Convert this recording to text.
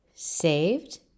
Saved